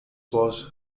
was